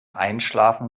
einschlafen